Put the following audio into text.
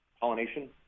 pollination